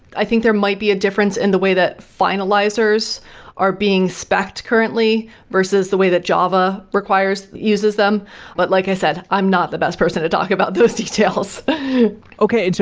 i think there might be a difference in the way that finalizers are being spec'd currently versus the way that java requires uses them but like i said, i'm not the best person to talk about those details okay,